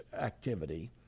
activity